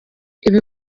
ibi